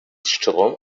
strom